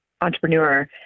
entrepreneur